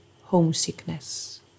homesickness